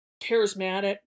charismatic